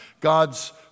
God's